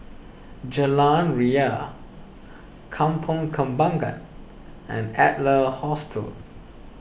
Jalan Ria Kampong Kembangan and Adler Hostel